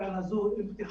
ולכן אנחנו צריכים לבוא,